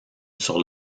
sur